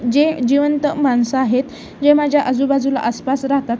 जे जिवंत माणसं आहेत जे माझ्या आजूबाजूला आसपास राहतात